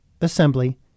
assembly